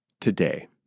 today